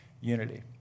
unity